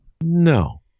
No